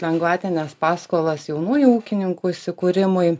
lengvatines paskolas jaunųjų ūkininkų įsikūrimui